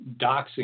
doxing